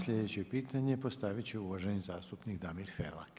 Sljedeće pitanje postavit će uvaženi zastupnik Damir Felak.